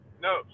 No